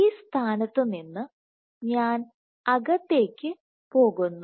ഈ സ്ഥാനത്ത് നിന്ന് ഞാൻ അകത്തേക്ക് പോകുന്നു